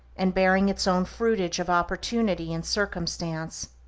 and bearing its own fruitage of opportunity and circumstance.